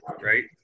right